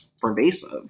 pervasive